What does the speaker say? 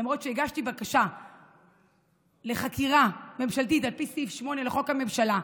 למרות שהגשתי בקשה לחקירה ממשלתית על פי סעיף 8 לחוק הממשלה,